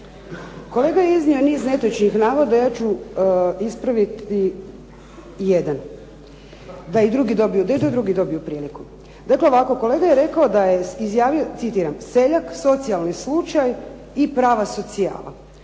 Kolega je iznio niz netočnih navoda. Ja ću ispraviti jedan da i drugi dobiju priliku. Dakle ovako, kolega je rekao da je, izjavio je, citiram: "Seljak socijalni slučaj i prava socijala."